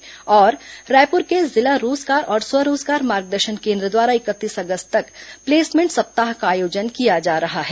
और रायपुर के जिला रोजगार और स्वरोजगार मार्गदर्शन केन्द्र द्वारा इकतीस अगस्त तक प्लेसमेंट सप्ताह का आयोजन किया जा रहा है